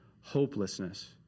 Hopelessness